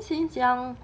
since young